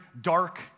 dark